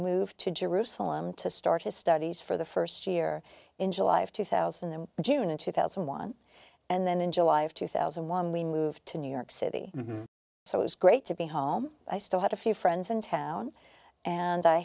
moved to jerusalem to start his studies for the st year in july of two thousand and june two thousand and one and then in july of two thousand and one we moved to new york city so it was great to be home i still had a few friends in town and i